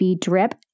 drip